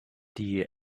die